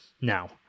Now